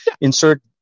insert